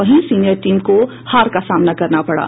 वहीं senior team को हार का सामना करना पड़ा